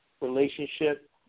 relationship